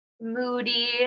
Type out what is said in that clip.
moody